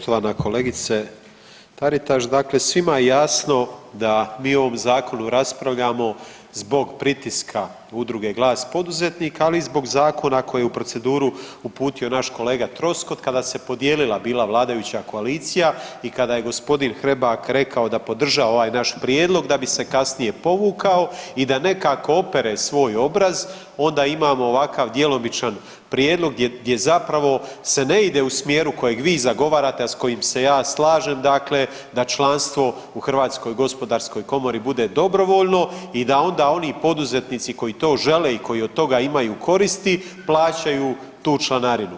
Poštovana kolegice Taritaš, dakle svima je jasno da mi o ovom zakonu raspravljamo zbog pritiska udruge Glas poduzetnika ali i zbog zakona koji je u proceduru uputio naš kolega Troskot kada se podijelila bila vladajuća koalicija i kada je gospodin Hrebak rekao da podržava ovaj naš prijedlog da bi se kasnije povukao i da nekako opere svoj obraz onda imamo ovakav djelomičan prijedlog gdje zapravo se ne ide u smjeru kojeg vi zagovarate, a s kojim se ja slažem dakle da članstvo u HGK bude dobrovoljno i da onda oni poduzetnici koji to žele i koji od toga imaju koristi plaćaju tu članarinu.